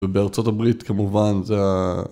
ובארה״ב כמובן זה ה...